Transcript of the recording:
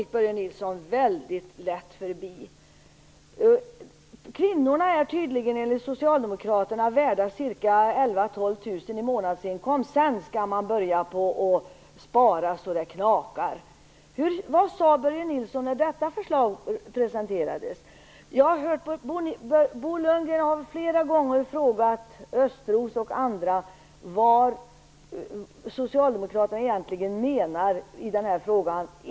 Kvinnorna är tydligen enligt Socialdemokraterna värda ca 11 000-12 000 kr i månadsinkomst, sedan skall man börja spara så det knakar. Vad sade Börje Nilsson när detta förslag presenterades? Bo Lundgren har flera gånger frågat Thomas Östros och andra vad Socialdemokraterna egentligen menar i den här frågan.